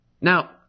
Now